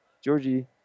Georgie